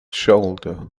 shoulder